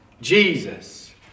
Jesus